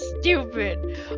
Stupid